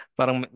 Parang